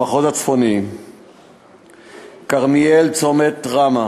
במחוז הצפוני, כרמיאל, צומת-ראמה,